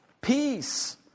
peace